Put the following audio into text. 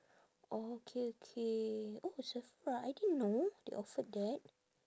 orh okay okay oh sephora I didn't know they offered that